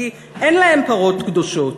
כי אין להם פרות קדושות: